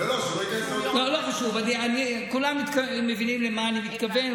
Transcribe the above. לא חשוב, כולם מבינים למה אני מתכוון.